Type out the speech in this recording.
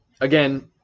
again